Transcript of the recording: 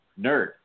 NERD